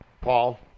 Paul